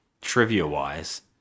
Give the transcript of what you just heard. trivia-wise